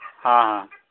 ᱦᱮᱸ